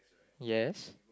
yes